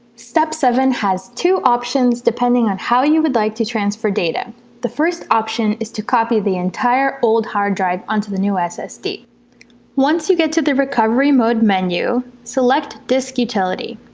step seven has two options depending on how you would like to transfer data the first option is to copy the entire old hard drive onto the new ssd once you get to the recovery mode menu select disk utility